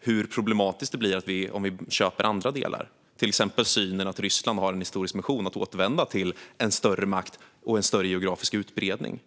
hur problematiskt det blir om vi köper andra delar, till exempel synen att Ryssland har en historisk mission att återvända till en större makt och en större geografisk utbredning.